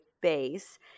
base